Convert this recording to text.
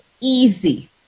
easy